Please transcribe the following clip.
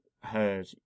heard